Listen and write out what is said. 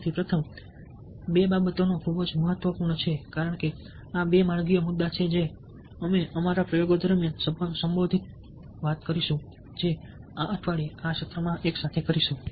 તેથી પ્રથમ બે બાબતો ખૂબ જ મહત્વપૂર્ણ છે કારણ કે આ 2 માર્ગીય મુદ્દા છે જે અમે અમારા પ્રયોગો દરમિયાન સંબોધિત કરીશું જે આ અઠવાડિયે આ સત્રોમાં એકસાથે કરીશું